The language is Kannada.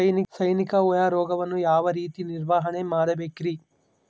ಸೈನಿಕ ಹುಳು ರೋಗವನ್ನು ಯಾವ ರೇತಿ ನಿರ್ವಹಣೆ ಮಾಡಬೇಕ್ರಿ?